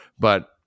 but-